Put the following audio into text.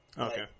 Okay